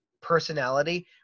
personality